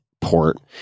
port